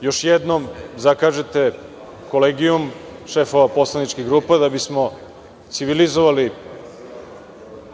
još jednom da zakažete Kolegijum šefova poslaničkih grupa da bismo civilizovali